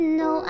no